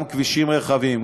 גם כבישים רחבים,